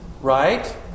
right